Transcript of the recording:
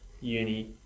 uni